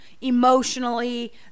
Emotionally